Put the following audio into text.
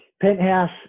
Penthouse